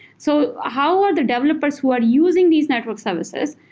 so how are the developers who are using these network services,